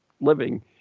living